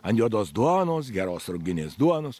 ant juodos duonos geros ruginės duonos